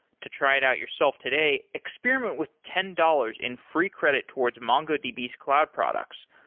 to try it out yourself today, experiment with ten dollars in free credit towards mongodbs cloud products.